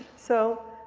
so